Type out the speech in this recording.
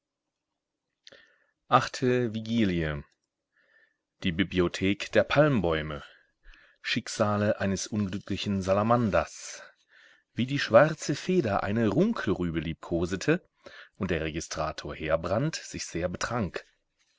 achte vigilie die bibliothek der palmbäume schicksale eines unglücklichen salamanders wie die schwarze feder eine runkelrübe liebkosete und der registrator heerbrand sich sehr betrank